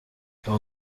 ako